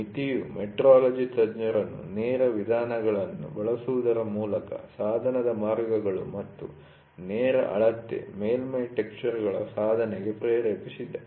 ಮಿತಿಯು ಮೆಟ್ರೊಲಜಿ ತಜ್ಞರನ್ನು ನೇರ ವಿಧಾನಗಳನ್ನು ಬಳಸುವುದರ ಮೂಲಕ ಸಾಧನದ ಮಾರ್ಗಗಳು ಮತ್ತು ನೇರ ಅಳತೆ ಮೇಲ್ಮೈ ಟೆಕ್ಸ್ಚರ್'ಗಳ ಸಾಧನಗಳಿಗೆ ಪ್ರೇರೇಪಿಸಿದೆ